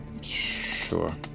Sure